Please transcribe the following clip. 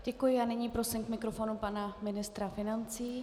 Děkuji a nyní prosím k mikrofonu pana ministra financí.